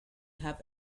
have